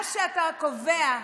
מה שאתה קובע,